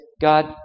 God